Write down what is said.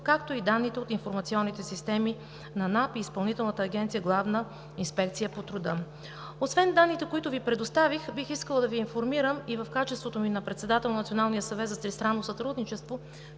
както и данните от информационните системи на НАП и Изпълнителната агенция „Главна инспекция по труда“. Освен данните, които Ви предоставих, бих искала да Ви информирам и в качеството ми на председател на Националния съвет за тристранно сътрудничество,